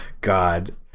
God